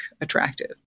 attractive